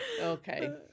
Okay